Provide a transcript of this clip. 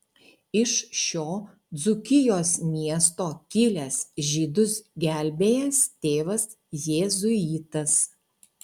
iš šio dzūkijos miesto kilęs žydus gelbėjęs tėvas jėzuitas